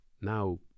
now